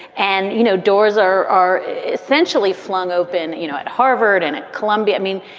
and, you know, doors are are essentially flung open, you know, at harvard and columbia. i mean,